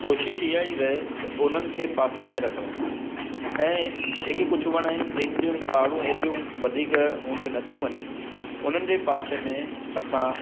कोशिशि इहा ई रहे त उन्हनि खे पासे में रखिणो ऐं जेके कुझु वण आहिनि जंहिंजियूं पाड़ू एतिरियूं वधीक ऊंधहियूं नथी वञनि उन्हनि जे पासे में असां